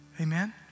Amen